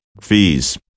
fees